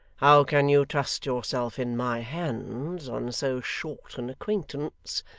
how can you trust yourself in my hands on so short an acquaintance,